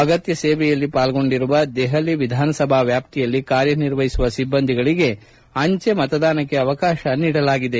ಅಗತ್ತ ಸೇವೆಯಲ್ಲಿ ಪಾಲ್ಗೊಂಡಿರುವ ದೆಹಲಿ ವಿಧಾನಸಭಾ ವ್ಯಾಪ್ತಿಯಲ್ಲಿ ಕಾರ್ಯನಿರ್ವಹಿಸುವ ಸಿಬ್ಲಂದಿಗಳಿಗೆ ಅಂಚೆ ಮತದಾನಕ್ಕೆ ಅವಕಾಶ ನೀಡಲಾಗಿದೆ